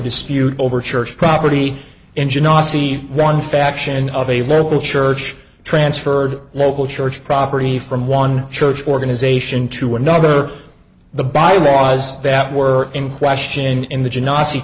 dispute over church property engine ossie one faction of a local church transferred local church property from one church organization to another the by laws that were in question in the